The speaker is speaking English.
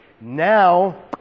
Now